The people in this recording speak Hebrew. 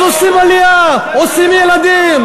אז עושים עלייה, עושים ילדים.